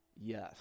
Yes